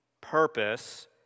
purpose